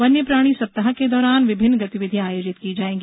वन्य प्राणी सप्ताह के दौरान विभिन्न गतिविधियां आयोजित की जायेंगी